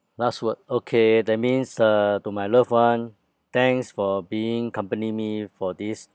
last word okay that means uh to my loved one thanks for being company me for this